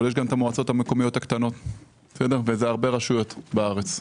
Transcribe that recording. אבל נמצאות כאן גם המועצות המקומיות הקטנות ואלה הרבה רשויות בארץ.